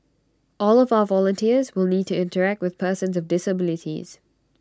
all of our volunteers will need to interact with persons of disabilities